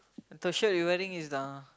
the shirt you wearing is a